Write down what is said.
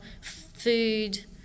food